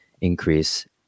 increase